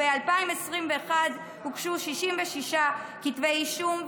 ב-2021 הוגשו 66 כתבי אישום,